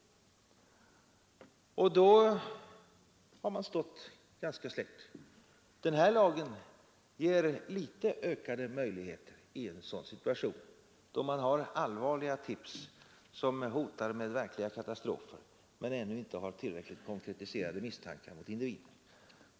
Då står man sig ganska slätt. Den här lagen ger litet ökade möjligheter i en sådan situation, då man har allvarliga tips om risk för verkliga katastrofer men ännu inte har tillräckliga konkretiserade misstankar mot vissa individer.